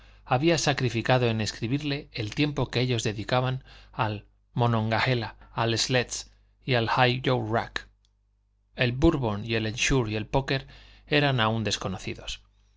había sacrificado en escribirle el tiempo que ellos dedicaban al monongahela al sledge y al high low jack el bourbon el euchre y el poker eran aun desconocidos